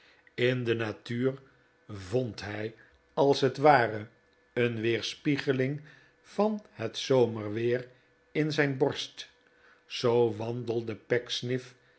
in de natuur vond hij als het ware een weerspiegeling van het zomerweer in zijn borst zoo wandelde